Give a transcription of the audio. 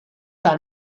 par